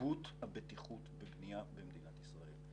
תרבות הבטיחות בבנייה במדינת ישראל.